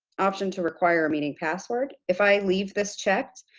option to require a meeting password, if i leave this checked,